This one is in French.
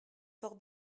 fort